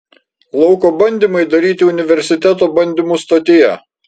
lauko bandymai daryti universiteto bandymų stotyje